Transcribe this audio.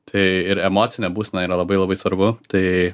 tai ir emocinė būsena yra labai labai svarbu tai